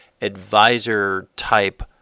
advisor-type